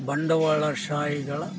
ಬಂಡವಾಳಶಾಯಿಗಳ